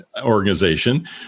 organization